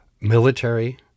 military